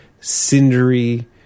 cindery